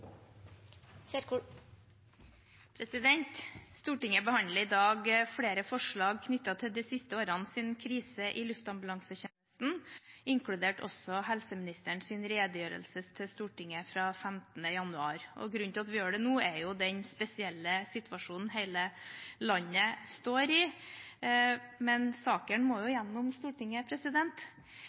Stortinget behandler i dag flere forslag knyttet til de siste årenes krise i luftambulansetjenesten, inkludert også helseministerens redegjørelse til Stortinget 15. januar. Grunnen til at vi gjør det nå, er den spesielle situasjonen hele landet står i, men saken må gjennom Stortinget.